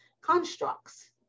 constructs